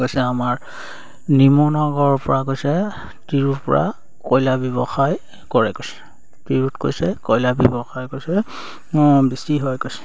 কৈছে আমাৰ নিমনগৰৰ পৰা কৈছে তিৰুৰ পৰা কয়লা ব্যৱসায় কৰে কৈছে তিৰুত কৈছে কয়লা ব্যৱসায় কৈছে বেছি হয় কৈছে